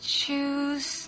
choose